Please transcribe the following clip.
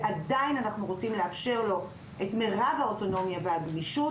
אך אנחנו עדיין רוצים לאפשר לו את מירב האוטונומיה והגמישות